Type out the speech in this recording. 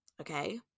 okay